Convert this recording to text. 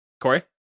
Corey